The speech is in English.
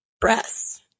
breasts